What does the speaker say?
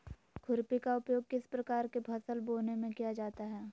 खुरपी का उपयोग किस प्रकार के फसल बोने में किया जाता है?